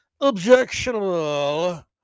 objectionable